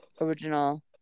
original